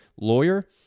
lawyer